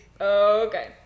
Okay